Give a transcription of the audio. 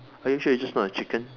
are you sure it's just not a chicken